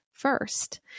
first